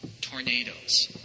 tornadoes